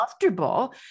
comfortable